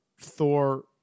Thor